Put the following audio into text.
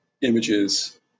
images